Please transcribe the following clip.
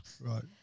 Right